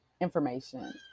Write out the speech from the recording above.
information